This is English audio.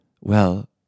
Well